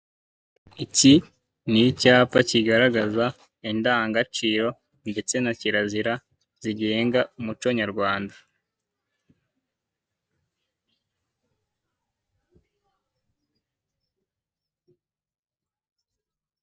Iki ni icyapa kigaragaza, indangagaciro ndetse na kirazira zigenga umuco nyarwanda.